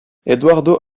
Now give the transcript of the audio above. eduardo